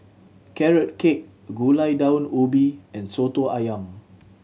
Carrot Cake Gulai Daun Ubi and Soto Ayam